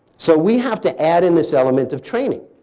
so we have to add in this element of training.